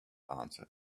answered